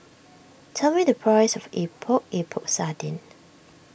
tell me the price of Epok Epok Sardin